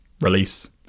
release